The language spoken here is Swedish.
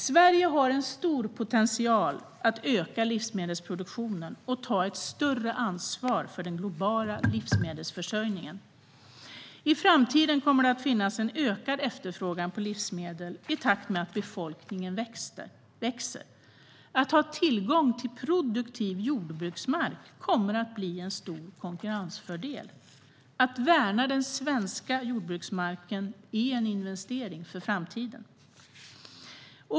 Sverige har en stor potential att öka livsmedelsproduktionen och ta ett större ansvar för den globala livsmedelsförsörjningen. I framtiden kommer det att finnas en ökad efterfrågan på livsmedel i takt med att befolkningen växer. Att ha tillgång till produktiv jordbruksmark kommer att bli en stor konkurrensfördel. Att värna den svenska jordbruksmarken är en investering för framtiden.